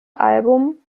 album